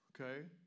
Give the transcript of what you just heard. okay